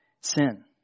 sin